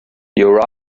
your